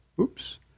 Oops